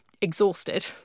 exhausted